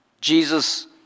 Jesus